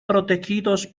protegidos